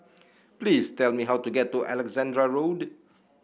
please tell me how to get to Alexandra Road